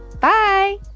bye